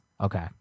Okay